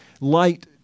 Light